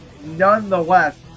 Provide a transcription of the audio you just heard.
nonetheless